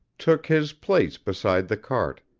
took his place beside the cart,